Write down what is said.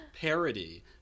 parody